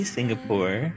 Singapore